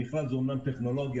המכרז הוא אומנם טכנולוגיה,